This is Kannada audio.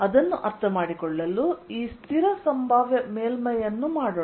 ಅದನ್ನು ಅರ್ಥಮಾಡಿಕೊಳ್ಳಲು ಈ ಸ್ಥಿರ ಸಂಭಾವ್ಯ ಮೇಲ್ಮೈಯನ್ನು ಮಾಡೋಣ